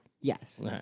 Yes